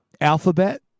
Alphabet